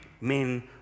men